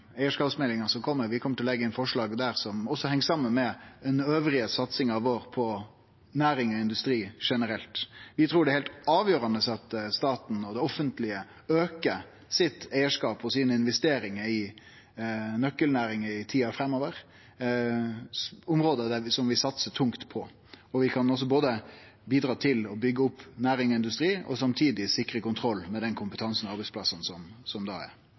eigarskapsmeldinga som kjem. Vi kjem til å leggje inn forslag der som også heng saman med satsinga vår elles på næring og industri generelt. Vi trur det er heilt avgjerande at staten og det offentlege aukar eigarskapsdelen sin og investeringane sine i nøkkelnæringar i tida framover, på område som vi satsar tungt på. Vi kan også både bidra til å byggje opp næring og industri og samtidig sikre kontroll med den kompetansen og dei arbeidsplassane som er. Jeg er